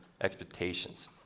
expectations